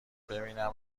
ببینم